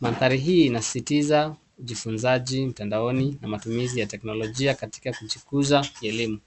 Mandhari hii inasisitiza ujifunzaji mtandaoni na matumizi ya teknolojia katika kujikuza kielimu.